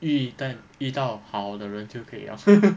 一一但遇到好的人就可以 liao